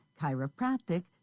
chiropractic